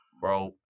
Bro